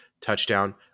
touchdown